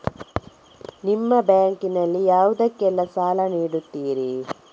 ನಿಮ್ಮ ಬ್ಯಾಂಕ್ ನಲ್ಲಿ ಯಾವುದೇಲ್ಲಕ್ಕೆ ಸಾಲ ನೀಡುತ್ತಿರಿ?